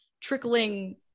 trickling